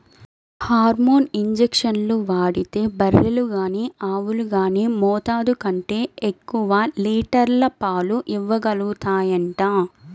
hormone ఇంజక్షన్లు వాడితే బర్రెలు గానీ ఆవులు గానీ మోతాదు కంటే ఎక్కువ లీటర్ల పాలు ఇవ్వగలుగుతాయంట